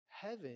heaven